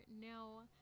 no